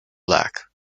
black